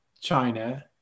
China